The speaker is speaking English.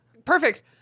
Perfect